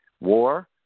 war